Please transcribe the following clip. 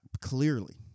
Clearly